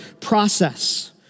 process